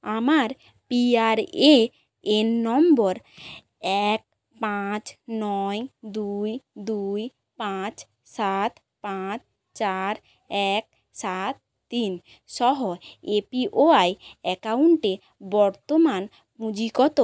আমার PRAN number এক পাঁচ নয় দুই দুই পাঁচ সাত পাঁচ চার এক সাত তিন সহ এপিওয়াই অ্যাকাউন্টে বর্তমান পুঁজি কত